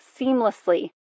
seamlessly